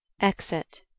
Exit